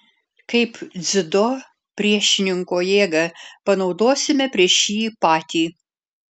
kaip dziudo priešininko jėgą panaudosime prieš jį patį